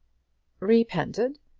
repented!